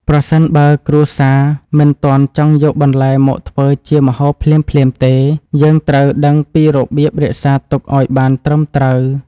ប្រសិនបើគ្រួសារមិនទាន់ចង់យកបន្លែមកធ្វើជាម្ហូបភ្លាមៗទេ យើងត្រូវដឹងពីរបៀបរក្សាទុកឱ្យបានត្រឹមត្រូវ។